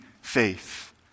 faith